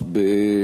השר בני בגין ישיב.